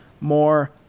more